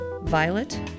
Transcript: Violet